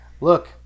look